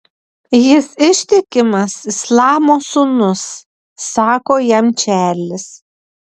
jis ištikimas islamo sūnus sako jam čarlis